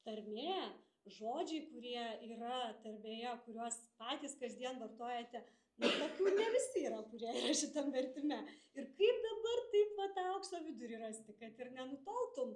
tarmė žodžiai kurie yra tarmėje kuriuos patys kasdien vartojate bet ne kurie visi yra kurie yra šitam vertime ir kaip dabar taip va tą aukso vidurį rasti kad ir nenutoltum